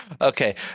Okay